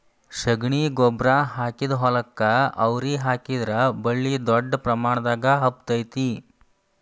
ಶಗಣಿ ಗೊಬ್ಬ್ರಾ ಹಾಕಿದ ಹೊಲಕ್ಕ ಅವ್ರಿ ಹಾಕಿದ್ರ ಬಳ್ಳಿ ದೊಡ್ಡ ಪ್ರಮಾಣದಾಗ ಹಬ್ಬತೈತಿ